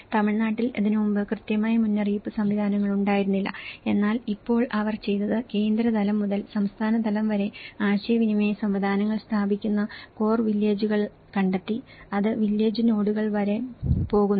തമിഴ്നാട്ടിൽ അതിനുമുമ്പ് കൃത്യമായ മുന്നറിയിപ്പ് സംവിധാനങ്ങൾ ഉണ്ടായിരുന്നില്ല എന്നാൽ ഇപ്പോൾ അവർ ചെയ്തത് കേന്ദ്രതലം മുതൽ സംസ്ഥാനതലം വരെ ആശയവിനിമയ സംവിധാനങ്ങൾ സ്ഥാപിക്കുന്ന കോർ വില്ലേജുകൾ കണ്ടെത്തി അത് വില്ലേജ് നോഡുകൾ വരെ പോകുന്നു